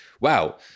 wow